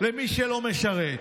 למי שלא משרת.